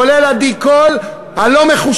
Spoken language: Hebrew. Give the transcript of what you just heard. כולל עדי קול הלא-מחושקת.